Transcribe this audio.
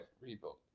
rebuild